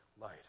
light